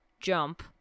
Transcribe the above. jump